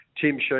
Tim